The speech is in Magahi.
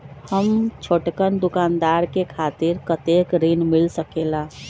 हम छोटकन दुकानदार के खातीर कतेक ऋण मिल सकेला?